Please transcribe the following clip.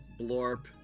blorp